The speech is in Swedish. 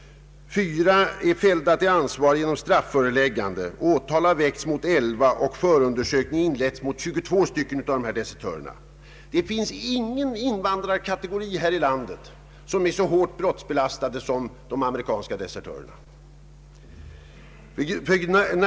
Fyra är fällda till ansvar genom strafföreläggande. Åtal har väckts mot elva, och förundersökning har inletts mot 22 av dessa desertörer. Ingen annan invandrarkategori är så hårt brottsbelastad som de amerikanska desertörerna.